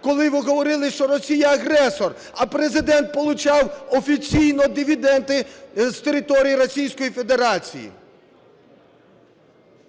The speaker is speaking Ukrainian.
коли ви говорили, що Росія – агресор, а Президент получав офіційно дивіденди з території Російської Федерації?